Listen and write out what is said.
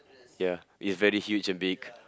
ya it's very huge and big